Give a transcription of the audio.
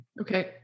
Okay